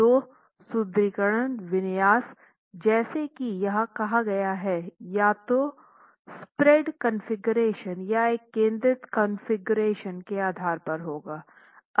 तो सुदृढीकरण विन्यास जैसा कि यहां कहा गया है यह या तो स्प्रेड कॉन्फ़िगरेशन या एक केंद्रित कॉन्फ़िगरेशन के आधार पर होगा